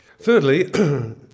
Thirdly